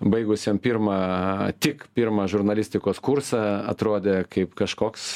baigusiam pirmą tik pirmą žurnalistikos kursą atrodė kaip kažkoks